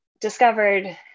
discovered